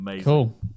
Cool